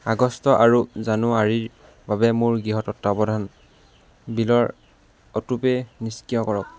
আগষ্ট আৰু জানুৱাৰীৰ বাবে মোৰ গৃহ তত্বাৱধান বিলৰ অটোপে' নিষ্ক্ৰিয় কৰক